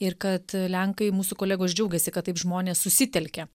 ir kad lenkai mūsų kolegos džiaugiasi kad taip žmonės susitelkia